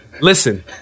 listen